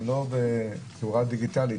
ולא בצורה דיגיטלית,